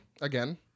Again